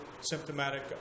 symptomatic